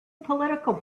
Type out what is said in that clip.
political